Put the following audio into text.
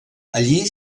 allí